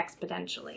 exponentially